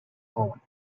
owen